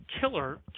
killer